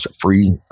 free